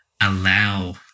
allow